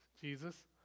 Jesus